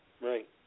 Right